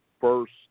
first